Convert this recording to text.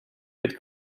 mit